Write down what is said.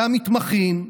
והמתמחים,